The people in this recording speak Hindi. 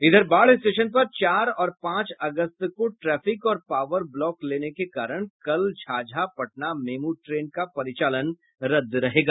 इधर बाढ़ स्टेशन पर चार और पांच अगस्त को ट्रैफिक और पावर ब्लॉक लेने के कारण कल झाझा पटना मेमू ट्रेन का परिचालन रद्द रहेगा